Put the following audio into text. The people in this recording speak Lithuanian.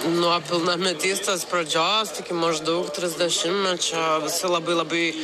nuo pilnametystės pradžios iki maždaug trisdešimtmečio visi labai labai